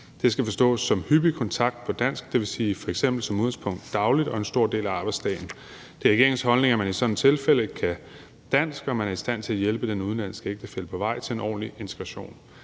Det skal forstås som hyppig kontakt på dansk, dvs. som udgangspunkt dagligt og en stor del af arbejdsdagen. Det er regeringens holdning, at man i sådanne tilfælde kan dansk, og at man er i stand til at hjælpe den udenlandske ægtefælle på vej til en ordentlig integration.